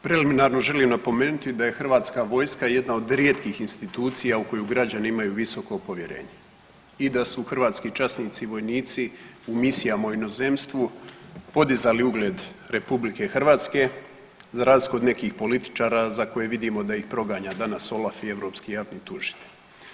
Preliminarno želim napomenuti da je Hrvatska vojska jedna od rijetkih institucija u koju građani imaju visoko povjerenje i da su hrvatski časnici i vojnici u misijama u inozemstvu podizali ugled RH, za razliku od nekih političara za koje vidimo da ih proganja danas OLAF i europski javni tužitelja.